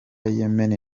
yemen